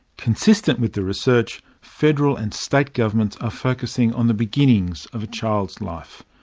consistent with the research, federal and state governments are focusing on the beginnings of a child's life.